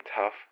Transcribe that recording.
tough